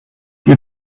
you